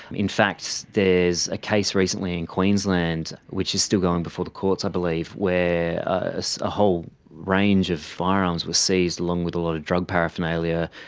in fact there's a case recently in queensland, which is still going before the courts i believe, where a whole range of firearms were seized along with a lot of drug paraphernalia,